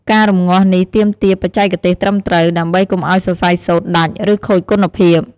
ការរំងាស់នេះទាមទារបច្ចេកទេសត្រឹមត្រូវ ដើម្បីកុំឲ្យសរសៃសូត្រដាច់ ឬខូចគុណភាព។